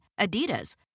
Adidas